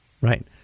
Right